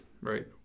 right